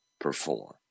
perform